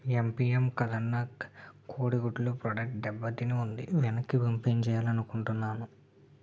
ఎంపీఎం కదన్నాక్ కోడి గుడ్లు ప్రొడక్ట్ దెబ్బ తిని ఉంది వెనక్కి పంపించేయాలనుకుంటున్నాను